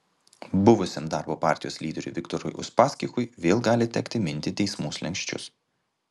buvusiam darbo partijos lyderiui viktorui uspaskichui vėl gali tekti minti teismų slenksčius